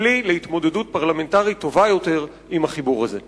ככלי להתמודדות פרלמנטרית טובה יותר עם החיבור הזה.